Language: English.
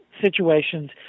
situations